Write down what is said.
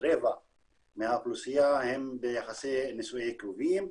רבע מהאוכלוסייה הם ביחסי נישואי קרובים.